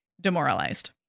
demoralized